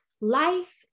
Life